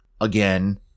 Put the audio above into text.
again